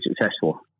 successful